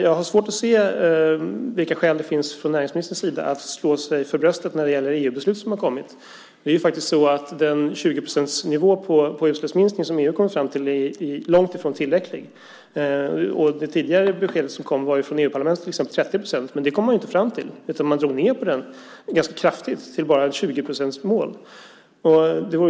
Jag har svårt att se vilka skäl som finns från näringsministerns sida att slå sig för bröstet i fråga om EU-beslut. Den 20-procentsnivå på utsläppsminskning som EU kom fram till är långt ifrån tillräcklig. Det tidigare beskedet från EU-parlamentet var 30 procent. Men man kom inte fram till det. I stället drog man ned på den siffran kraftigt till ett 20-procentsmål.